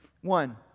One